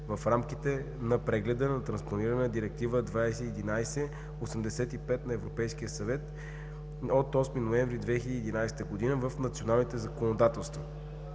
в рамките на прегледа по транспониране на Директива 2011/85/ЕС на Съвета от 8 ноември 2011 г. в националните законодателства.